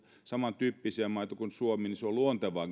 samantyyppisiä maita kuin suomi niin se kanssakäyminen on luontevaa